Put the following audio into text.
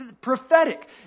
prophetic